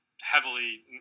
heavily